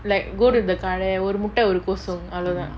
like go to the கட ஒரு முட்ட ஒரு:kada oru mutta oru kosong அவளோதா:avalothaa